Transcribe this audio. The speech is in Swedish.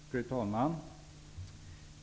Fru talman!